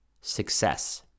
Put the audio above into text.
success